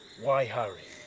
why harry?